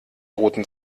roten